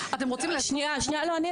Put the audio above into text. --- אתם רוצים לעשות שימוש --- שניה טלי,